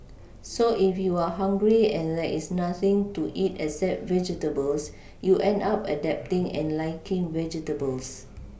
so if you are hungry and there is nothing to eat except vegetables you end up adapting and liking vegetables